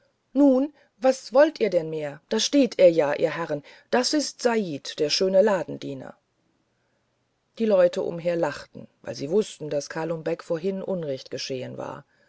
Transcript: nun was wollt ihr dann mehr da steht er ja ihr herren das ist said der schöne ladendiener die leute umher lachten weil sie wußten daß kalum beck vorhin unrecht geschehen war